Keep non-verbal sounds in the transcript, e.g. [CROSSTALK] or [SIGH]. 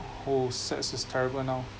[NOISE] sets is terrible now